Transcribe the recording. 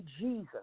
Jesus